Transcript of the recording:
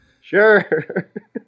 Sure